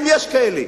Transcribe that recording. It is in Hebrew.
אם יש כאלה,